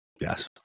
Yes